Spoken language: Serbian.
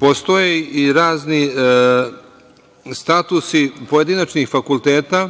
postoje i razni statusi pojedinačnih fakulteta,